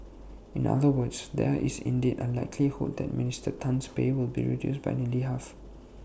in other words there is indeed A likelihood that Minister Tan's pay will be reduced by nearly half